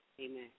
Amen